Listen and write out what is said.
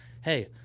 hey